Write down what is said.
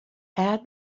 add